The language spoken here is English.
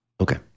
Okay